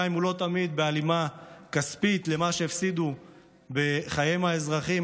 גם אם הוא לא תמיד בהלימה כספית למה שמופסד בחיים האזרחיים,